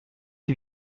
wie